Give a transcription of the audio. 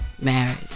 marriage